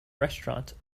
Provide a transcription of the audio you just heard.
restaurant